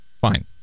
Fine